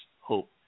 Hope